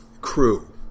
crew